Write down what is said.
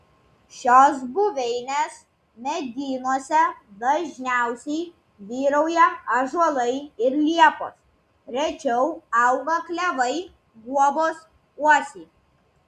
šios buveinės medynuose dažniausiai vyrauja ąžuolai ir liepos rečiau auga klevai guobos uosiai